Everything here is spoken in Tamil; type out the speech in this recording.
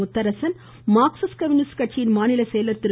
முத்தரசன் மார்க்சிஸ்ட் கம்யூனிஸ்ட் கட்சியின் மாநில செயலர் திரு